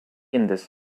indus